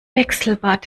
wechselbad